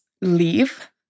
leave